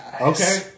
Okay